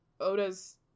Oda's